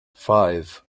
five